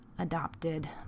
adopted